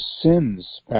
sins